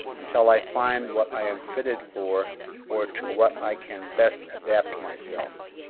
until i find what i am fitted for or to what i can best adapt myself.